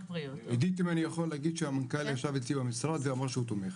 עידית אם אני יכול להגיד שהמנכ"ל ישב אצלי במשרד ואמר שהוא תומך.